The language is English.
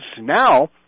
now